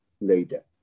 later